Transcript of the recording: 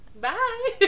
Bye